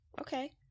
Okay